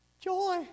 joy